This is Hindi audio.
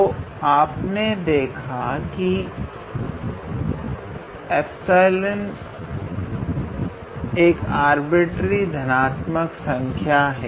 तो आपने देखा कि 𝜖 एक अर्बिट्ररी धनात्मक संख्या है